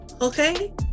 Okay